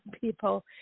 people